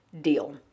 deal